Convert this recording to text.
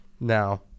now